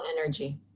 Energy